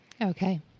Okay